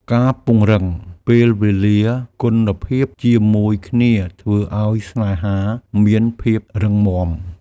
ការពង្រឹងពេលវេលាគុណភាពជាមួយគ្នាធ្វើឱ្យស្នេហាមានភាពរឹងមាំ។